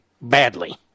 badly